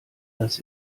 das